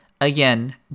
Again